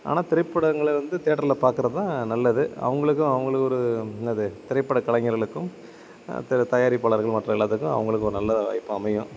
ஆனால் திரைப்படங்களை வந்து தேட்டரில் பாக்கிறதுதான் நல்லது அவங்களுக்கும் அவங்களும் ஒரு என்னது திரைப்பட கலைஞர்களுக்கும் தயாரிப்பாளர்கள் மற்ற எல்லாத்துக்கும் அவங்களுக்கும் ஒரு நல்ல வாய்ப்பாக அமையும்